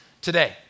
today